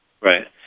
Right